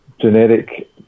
generic